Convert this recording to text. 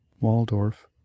waldorf